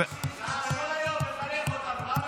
כל היום מחנך אותנו